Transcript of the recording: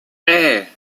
hey